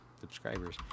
subscribers